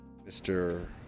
Mr